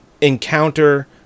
encounter